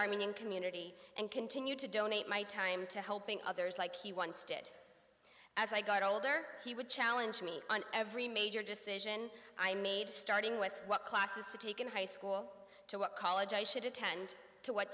armenian community and continue to donate my time to helping others like he once did as i got older he would challenge me on every major decision i made starting with what classes to take in high school to what college i should attend to what